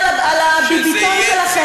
וישים 100 מיליארד על ה"ביביתון" שלכם,